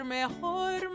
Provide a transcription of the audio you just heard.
mejor